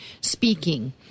speaking